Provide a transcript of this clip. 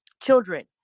children